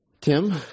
Tim